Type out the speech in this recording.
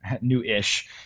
new-ish